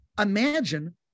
imagine